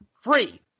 Free